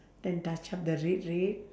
then touch up the red red